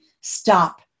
stop